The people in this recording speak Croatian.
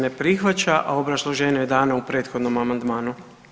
ne prihvaća, a obrazloženje je dano u prethodnom amandmanu.